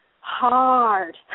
hard